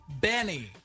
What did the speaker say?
Benny